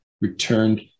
returned